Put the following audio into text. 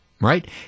right